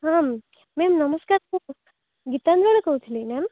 ma'am ma'am ନମସ୍କାର ଗୀତାଞ୍ଜଳି କହୁଥିଲେ ନା